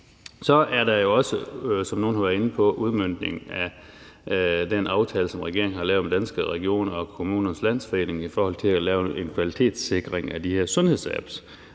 Så er der også, som nogle har været inde på, udmøntning af den aftale, som regeringen har lavet med Danske Regioner og Kommunernes Landsforening i forhold til at lave en kvalitetssikring af de her sundhedsapps.